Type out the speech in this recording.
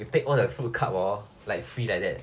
you take all the full cup orh like free like that